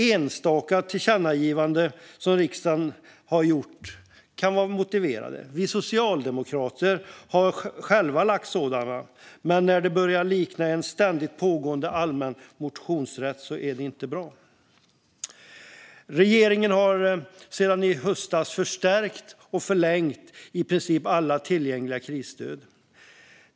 Enstaka tillkännagivanden från riksdagen kan vara motiverade - vi socialdemokrater har själva lagt fram förslag till sådana - men när det börjar likna en ständigt pågående allmän motionsrätt är det inte bra. Regeringen har sedan i höstas förstärkt och förlängt i princip alla tillgängliga krisstöd.